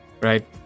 right